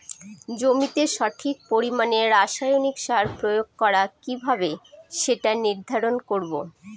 জমিতে সঠিক পরিমাণে রাসায়নিক সার প্রয়োগ করা কিভাবে সেটা নির্ধারণ করব?